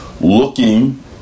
looking